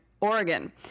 Oregon